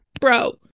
bro